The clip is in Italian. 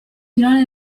finale